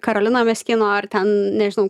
karolina meskino ar ten nežinau